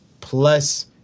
plus